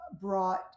brought